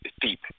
deep